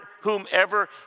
whomever